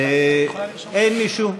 אין מישהו?